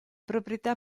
proprietà